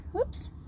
Oops